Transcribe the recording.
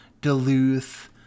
Duluth